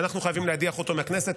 ואנחנו חייבים להדיח אותו מהכנסת.